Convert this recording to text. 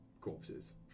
corpses